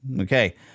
Okay